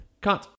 Cut